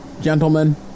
gentlemen